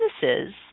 businesses